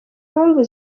impamvu